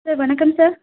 sir வணக்கம் sir